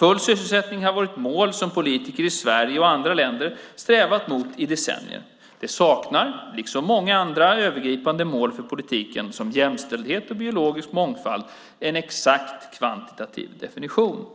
Full sysselsättning har varit ett mål som politiker i Sverige och andra länder strävat mot i decennier. Det saknar, liksom många andra övergripande mål för politiken som jämställdhet och biologisk mångfald, en exakt kvantitativ definition.